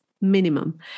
minimum